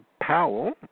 powell